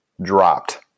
dropped